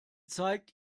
zeigt